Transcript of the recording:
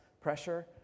pressure